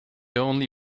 only